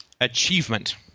achievement